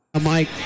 Mike